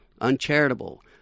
uncharitable